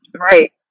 Right